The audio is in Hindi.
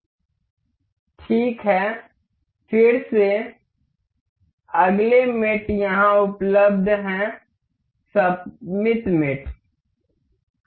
ठीक है फिर से अगले दोस्त यहाँ उपलब्ध है सममित मेट है